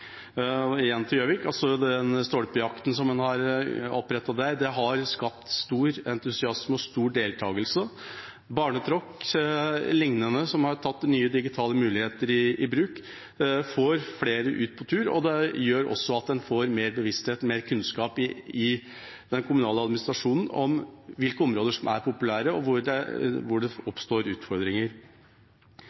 finnes. Igjen til Gjøvik: Stolpejakten som en har opprettet der, har skapt stor entusiasme og stor deltakelse. Barnetråkk o.l., som har tatt nye digitale muligheter i bruk, får flere ut på tur. Det gjør også at en får mer bevissthet og mer kunnskap i den kommunale administrasjonen om hvilke områder som er populære, og hvor det oppstår utfordringer.